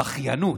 הבכיינות.